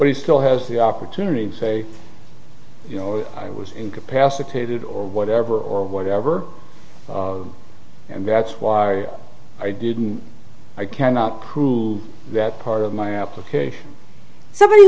but he still has the opportunity to say you know i was incapacitated or whatever or whatever and that's why i didn't i cannot do that part of my application somebody